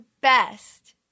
best